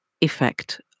effect